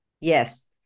Yes